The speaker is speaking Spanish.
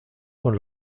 con